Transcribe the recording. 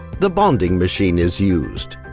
the bonding machine is used.